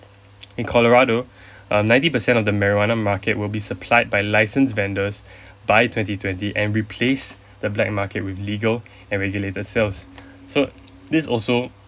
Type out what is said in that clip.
in Colorado um ninety percent of the marijuana market will be supplied by licensed vendors by twenty twenty and replaced the black market with legal and regulated sales so this also